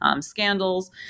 scandals